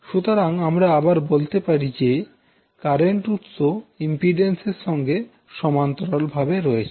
সুতরাং আমরা আবার বলতে পারি যে কারেন্ট উৎস ইম্পিড্যান্স এর সঙ্গে সমান্তরাল ভাবে রয়েছে